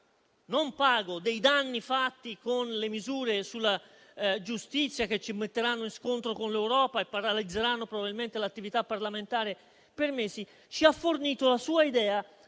non pago dei danni fatti con le misure sulla giustizia, che ci metteranno in scontro con l'Europa e paralizzeranno probabilmente l'attività parlamentare per mesi, ci ha fornito la sua idea